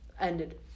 ended